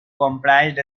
comprised